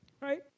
Right